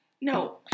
No